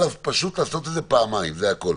פשוט חבל לעשות את זה פעמיים, זה הכול.